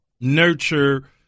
nurture